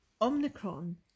Omicron